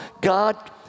God